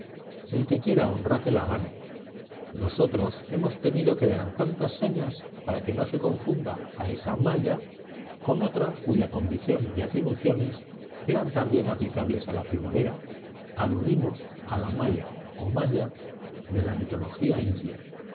el que quiera honra que la gane nosotros hemos tenido que dar tantas señas para que no se confunda a esa maia con otra cuya condición y atribuciones eran también aplicables a la primavera aludimos a la maia o maya de la mitología india